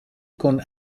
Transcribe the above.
con